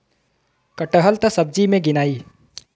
कटहल त सब्जी मे गिनाई